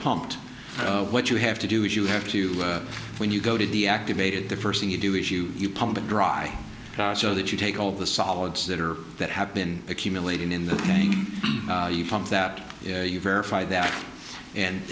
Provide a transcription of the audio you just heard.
pumped what you have to do is you have to when you go to the activated the first thing you do is you you pump it dry so that you take all the solids that are that have been accumulating in the paying you pump that you verify that and